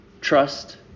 Trust